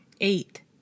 eight